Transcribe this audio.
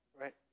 right